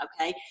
okay